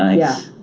ah yeah.